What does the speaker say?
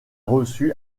reçu